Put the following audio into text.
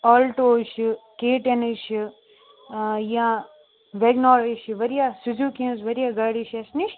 Alto حظ چھِ K ten حظ چھِ یا وٮ۪گَن آر حظ چھِ واریاہ سُزوٗکی ہِنٛز واریاہ گاڑِ حظ چھِ اَسہِ نِش